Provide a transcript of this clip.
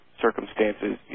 circumstances